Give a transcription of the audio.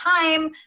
time